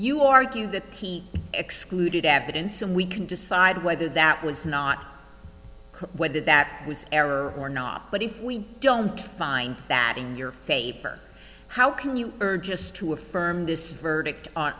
you argue that he excluded evidence and we can decide whether that was not whether that was error or not but if we don't find that in your favor how can you are just to affirm this verdict